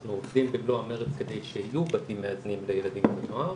אנחנו עובדים במלוא המרץ כדי שיהיו בתים מאזנים לילדים ונוער.